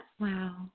Wow